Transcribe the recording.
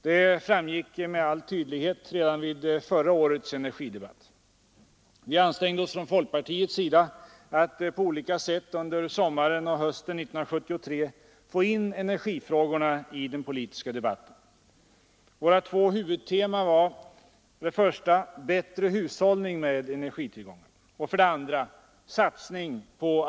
Det framgick med all tydlighet redan vid förra årets energidebatt. Under sommaren och hösten 1973 ansträngde vi oss från folkpartiets sida på olika sätt att få in energifrågorna i den politiska debatten.